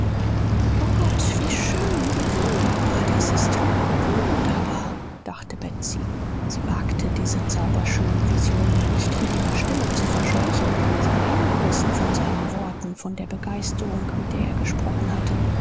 o gott wie schön wie wunderbar das ist wie wunderbar dachte betsy sie wagte diese zauberschönen visionen nicht mit ihrer stimme zu verscheuchen sie war hingerissen von seinen worten von der begeisterung mit der er gesprochen hatte